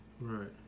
Right